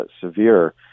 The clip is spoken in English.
severe